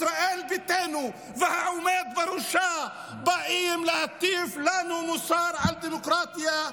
ישראל ביתנו והעומד בראשה באים להטיף לנו מוסר על דמוקרטיה.